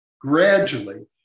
gradually